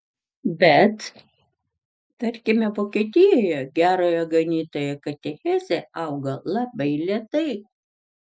bet tarkime vokietijoje gerojo ganytojo katechezė auga labai lėtai